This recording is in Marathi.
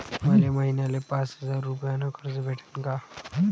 मले महिन्याले पाच हजार रुपयानं कर्ज भेटन का?